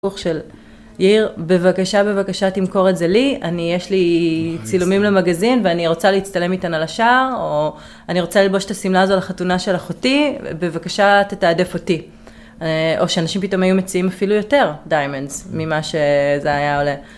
של יאיר בבקשה בבקשה תמכור את זה לי, אני יש לי צילומים למגזין ואני רוצה להצטלם איתן על השער או אני רוצה לבוש את השמלה הזו לחתונה של אחותי, בבקשה תתעדף אותי או שאנשים פתאום היו מציעים אפילו יותר דיימנס ממה שזה היה עולה.